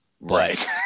Right